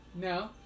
No